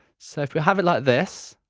so if we have it like this,